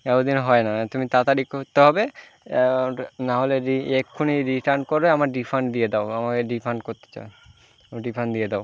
এত দিন হয় না তুমি তাড়াতাড়ি করতে হবে নাহলে রি এক্ষুনি রিটার্ন করে আমার রিফান্ড দিয়ে দাও আমাকে রিফান্ড করতে চা রিফান্ড দিয়ে দাও